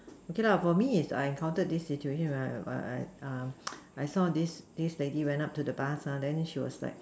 okay lah for me is I encountered this situation when I I I I saw this this lady went up to the bus then she was like